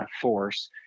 force